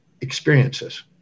experiences